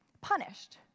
punished